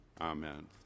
Amen